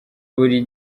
buri